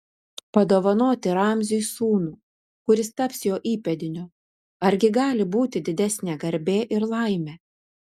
padovanoti ramziui sūnų kuris taps jo įpėdiniu argi gali būti didesnė garbė ir laimė